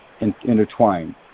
intertwined